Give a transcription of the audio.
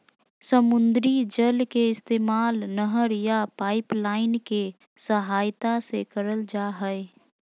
समुद्री जल के इस्तेमाल नहर या पाइपलाइन के सहायता से करल जा हय